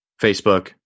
Facebook